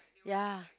ya